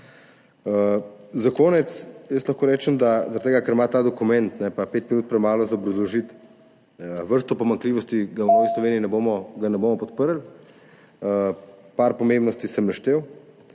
tega, ker imam za ta dokument pet minut, premalo za obrazložiti vrsto pomanjkljivosti, ga v Novi Sloveniji ne bomo podprli. Par pomembnosti sem naštel.